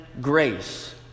grace